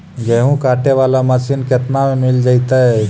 गेहूं काटे बाला मशीन केतना में मिल जइतै?